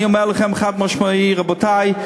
אני אומר לכם חד-משמעית: רבותי,